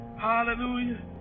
Hallelujah